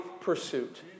pursuit